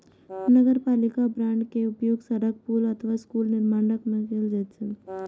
नगरपालिका बांड के उपयोग सड़क, पुल अथवा स्कूलक निर्माण मे कैल जाइ छै